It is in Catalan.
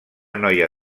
noia